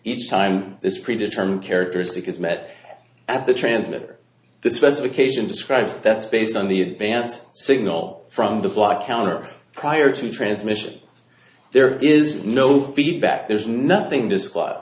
each time this pre determined characteristic is met at the transmitter the specification describes that's based on the advance signal from the block counter prior to transmission there is no feedback there's nothing